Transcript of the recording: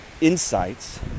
insights